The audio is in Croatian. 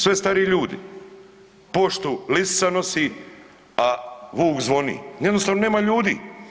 Sve stariji ljudi, poštu lisica nosi, a vuk zvoni, jednostavno nema ljudi.